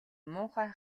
муухай